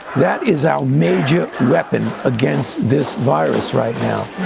that is our major weapon against this virus right now